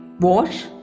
wash